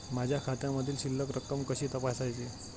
माझ्या खात्यामधील शिल्लक रक्कम कशी तपासायची?